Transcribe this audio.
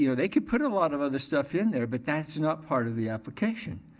yeah they could put a lot of other stuff in there but that's not part of the application.